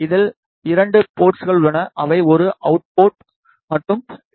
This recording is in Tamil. இதில் 2 போர்ட்ஸ்கள் உள்ளன அவை ஒரு அவுட் போர்ட் மற்றும் டி